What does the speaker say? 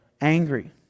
angry